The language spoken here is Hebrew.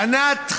ענת,